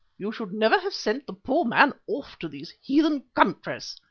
you should never have sent the poor man off to these heathen countries.